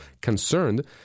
concerned